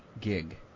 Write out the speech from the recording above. gig